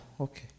Okay